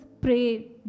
pray